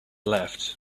left